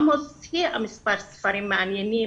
היא גם הוציאה מספר ספרים מעניינים,